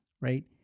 right